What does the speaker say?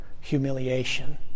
humiliation